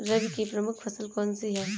रबी की प्रमुख फसल कौन सी है?